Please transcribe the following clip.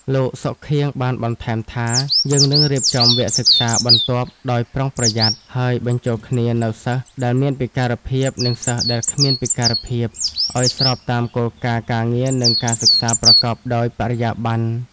លោក សុខៀង បានបន្ថែមថា “យើងនឹងរៀបចំវគ្គសិក្សាបន្ទាប់ដោយប្រុងប្រយ័ត្ន ហើយបញ្ចូលគ្នានូវសិស្សដែលមានពិការភាពនិងសិស្សដែលគ្មានពិការភាពឱ្យស្របតាមគោលការណ៍ការងារនិងការសិក្សាប្រកបដោយបរិយាប័ន្ន។